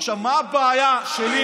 עכשיו, מה הבעיה שלי?